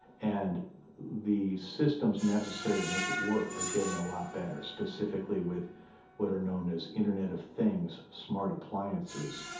and the systems necessary to make it work are getting a lot better, specifically with what are known as internet of things, smart appliances,